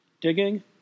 digging